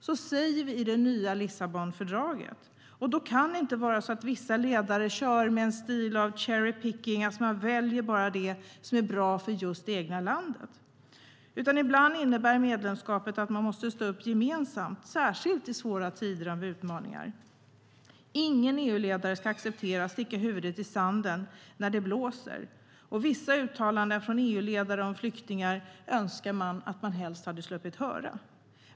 Så säger vi i det nya Lissabonfördraget, och då kan det inte vara så att vissa ledare kör med cherry picking, alltså att man bara väljer det som är bra för det egna landet, utan medlemskapet innebär att man ibland måste stå upp gemensamt, särskilt i tider av svåra utmaningar. Ingen EU-ledare ska tillåtas sticka huvudet i sanden när det blåser. Vissa uttalanden från EU-ledare om flyktingar önskar man att man hade sluppit höra.